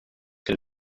can